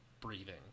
breathing